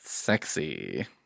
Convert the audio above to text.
Sexy